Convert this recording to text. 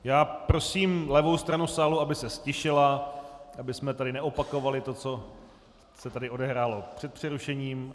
Já prosím levou stranu sálu, aby se ztišila, abychom neopakovali to, co se tady odehrávalo před přerušením.